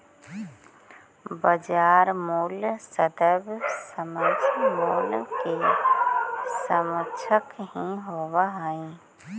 बाजार मूल्य सदैव सामान्य मूल्य के समकक्ष ही होवऽ हइ